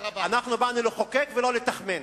באנו לחוקק ולא לתכמן.